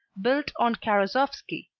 built on karasowski,